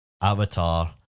Avatar